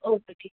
okay ठीक